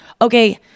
okay